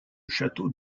château